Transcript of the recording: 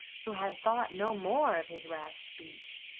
who had thought no more of his rash speech,